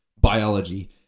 biology